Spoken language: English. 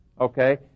okay